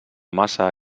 massa